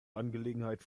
angelegenheit